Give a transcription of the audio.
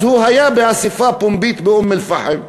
הוא היה באספה פומבית באום-אלפחם,